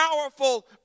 powerful